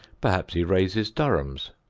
perhaps he raises durhams.